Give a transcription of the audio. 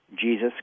Jesus